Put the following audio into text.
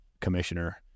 commissioner